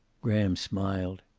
graham smiled.